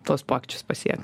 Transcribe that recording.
tuos pokyčius pasiekt